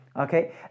Okay